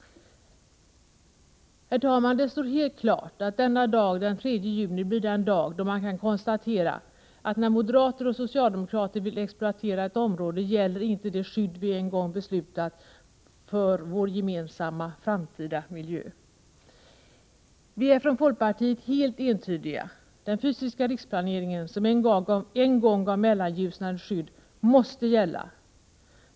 Herr talman! Det står helt klart att denna dag, den 3 juni, blir den dag då man kan konstatera att när moderater och socialdemokrater vill exploatera ett område gäller inte det skydd vi en gång beslutat för vår gemensamma framtida miljö. Vi är från folkpartiet helt entydiga. Den fysiska riksplaneringen, som en gång gav Mellanljusnan ett skydd, måste gälla.